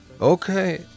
Okay